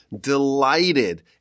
delighted